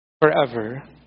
forever